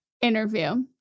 interview